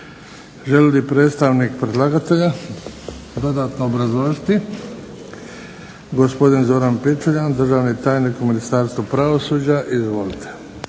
Želi li predstavnik predlagatelja dodatno obrazložiti? Gospodin Zoran Pičuljan, državni tajnik u Ministarstvu pravosuđa. Izvolite.